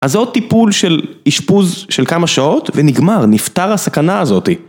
אז זה עוד טיפול של אישפוז של כמה שעות ונגמר, נפטר הסכנה הזאתי.